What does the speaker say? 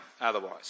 otherwise